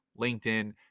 LinkedIn